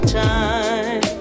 time